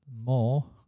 more